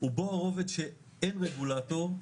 הוא בו הרובד שאין רגולטור,